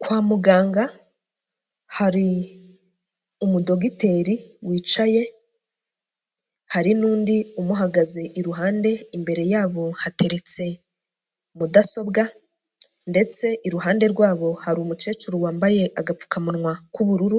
Kwa muganga hari umudogiteri wicaye, hari n'undi umuhagaze iruhande, imbere yabo hateretse mudasobwa ndetse iruhande rwabo hari umukecuru wambaye agapfukamunwa k'ubururu,